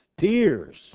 tears